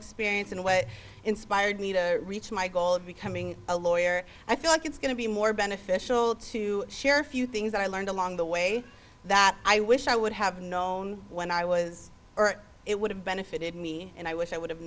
experience and what inspired me to reach my goal of becoming a lawyer i feel like it's going to be more beneficial to share a few things that i learned along the way that i wish i would have known when i was it would have benefited me and i wish i would